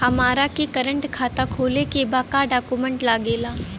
हमारा के करेंट खाता खोले के बा का डॉक्यूमेंट लागेला?